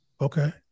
Okay